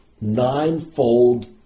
ninefold